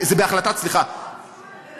זה בהחלטת, כן.